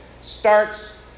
starts